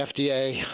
FDA